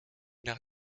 nach